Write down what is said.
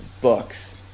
books